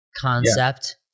concept